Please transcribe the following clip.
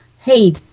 hey